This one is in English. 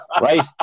Right